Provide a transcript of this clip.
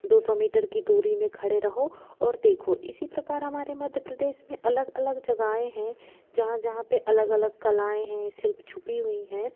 दो सौ मीटर की दूरी में खड़े रहो और देखो इसी प्रकार हमारे मध्य प्रदेश में अलग अलग जगहें हैं जहाँ जहाँ पर अलग अलग कलाएँ हैं सिर्फ छुपी हुई हैं